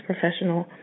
professional